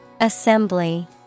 Assembly